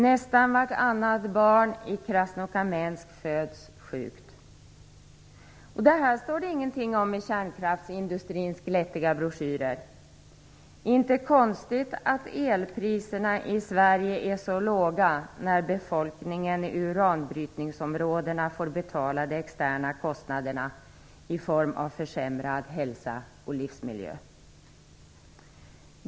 Nästan vartannat barn i Krasnokâmsk föds med någon sjukdom. Detta står det ingenting om i kärnkraftsindustrins glättiga broschyrer. Det är inte konstigt att elpriserna i Sverige är så låga när befolkningen i uranbrytningsområdena får betala de externa kostnaderna i form av försämrad hälsa och livsmiljö.